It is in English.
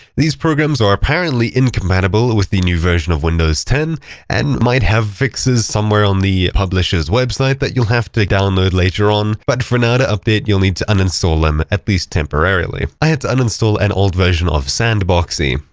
these programs are apparently incompatible with the new version of windows ten and might have fixes somewhere on the publishers website that you'll have to download later on. but for now, to update, you'll need to uninstall them, at least temporarily. i had to uninstall an old version of sandboxie.